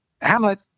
Hamlet